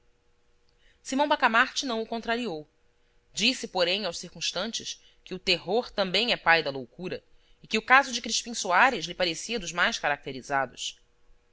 simão bacamarte não o contrariou disse porém aos circunstantes que o terror também é pai da loucura e que o caso de crispim soares lhe parecia dos mais caracterizados